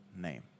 name